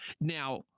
Now